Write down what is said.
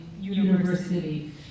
university